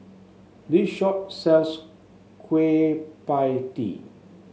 this shop sells Kueh Pie Tee